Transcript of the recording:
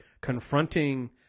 confronting